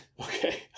Okay